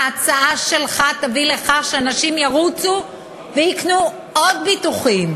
ההצעה שלך תביא לכך שאנשים ירוצו ויקנו עוד ביטוחים,